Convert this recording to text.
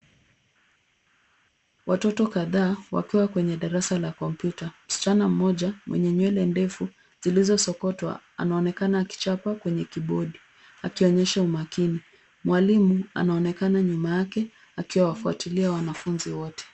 Watoto kadhaa wakiwa kwenye darasa la kompyuta. Msichana mmoja, mwenye nywele ndefu zilizosokotwa anaonekana akichapa kwenye kibodi, akionyesha umakini. Mwalimu anaonekana nyuma yake akiwafuatilia wanafunzi wote.